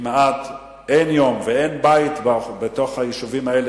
כמעט אין יום ואין בית בתוך היישובים האלה,